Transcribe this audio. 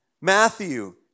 Matthew